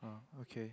ah okay